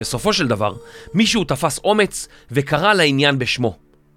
בסופו של דבר, מישהו תפס אומץ וקרא לעניין בשמו.